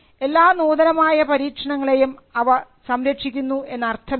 എല്ലാ നൂതനമായ പരീക്ഷണങ്ങളെയും അവ സംരക്ഷിക്കുന്നു എന്നർത്ഥമില്ല